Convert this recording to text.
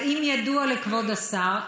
האם ידוע לכבוד השר,